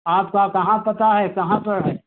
आपका कहाँ पता है कहाँ पर है